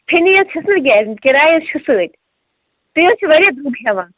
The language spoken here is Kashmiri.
چھَنی حظ چھَس نہٕ کِراے حظ چھِ سۭتۍ تُہۍ حظ چھِوٕ واریاہ درۅگ ہیوان